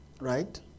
right